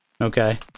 Okay